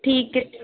ठीक है